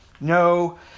No